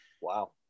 wow